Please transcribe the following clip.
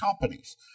companies